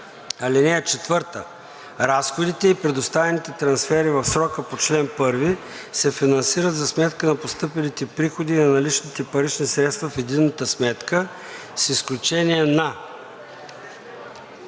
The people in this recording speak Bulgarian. самия закон. „(4) Разходите и предоставените трансфери в срока по чл. 1 се финансират за сметка на постъпилите приходи и на наличните парични средства в единната сметка с изключение на